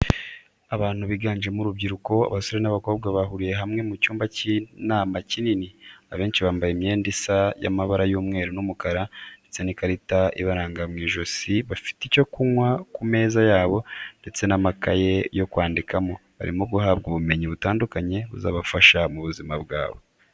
Abantu biganjemo urubyiruko abasore n'abakobwa bahuriye hamwe mu cyumba cy'inama kinini, abenshi bambaye imyenda isa y'amabara y'umweru n'umukara ndetse n'ikarita ibaranga mu ijosi bafite icyo kunywa ku meza yabo ndetse n'amakaye yo kwandikamo, barimo guhabwa ubumenyi butandukanye buzabafasha mu buzima bwabo.